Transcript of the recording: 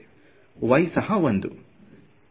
Y ಸಹ 1